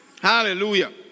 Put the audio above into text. Hallelujah